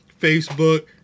Facebook